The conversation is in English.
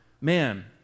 Man